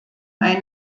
ein